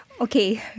Okay